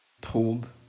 told